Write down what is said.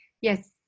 Yes